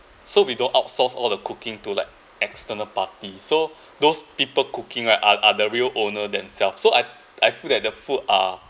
so we don't outsource all the cooking to like external party so those people cooking right are are the real owner them self so I I feel that the food are